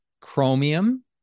chromium